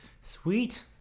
Sweet